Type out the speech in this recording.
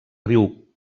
riu